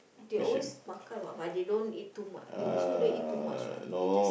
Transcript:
they always makan [what] but they don't eat too m~ they also don't eat too much [what] they just